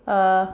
uh